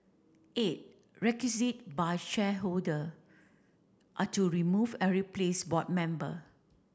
eight by shareholder are to remove and replace board member